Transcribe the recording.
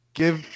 give